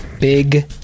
Big